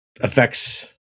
affects